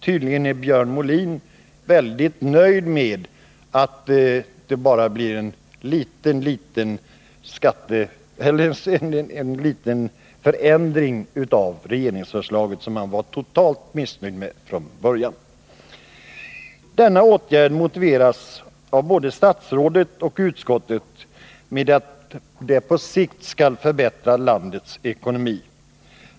Tydligen är Björn Molin nu väldigt belåten med att det blir en liten liten förändring av regeringsförslaget, som han var totalt missnöjd med från början. Åtgärden motiveras av både statsrådet och utskottet med att den på sikt skall förbättra landets ekonomi.